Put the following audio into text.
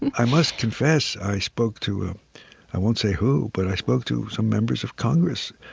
i must confess i spoke to ah i won't say who, but i spoke to some members of congress